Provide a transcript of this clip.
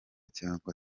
cyangwa